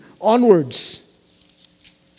onwards